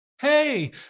Hey